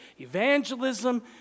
evangelism